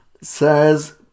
Says